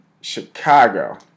Chicago